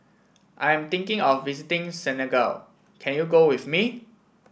I am thinking of visiting Senegal can you go with me